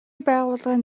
байгууллагын